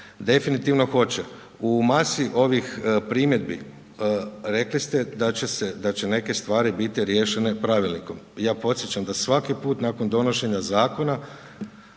definitivno hoće. U masi ovih primjedbi, rekli ste da će neke stvari biti riješene pravilnikom. Ja podsjećam da svaki put nakon donošenja zakona,